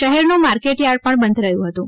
શહેરનુ market yard પણ બંધ રહ્યુ હતુ